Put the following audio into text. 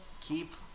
keep